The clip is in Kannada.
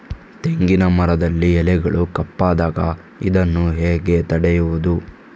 ತೆಂಗಿನ ಮರದಲ್ಲಿ ಎಲೆಗಳು ಕಪ್ಪಾದಾಗ ಇದನ್ನು ಹೇಗೆ ತಡೆಯುವುದು?